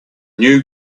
new